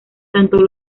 tanto